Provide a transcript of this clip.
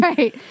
Right